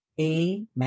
Amen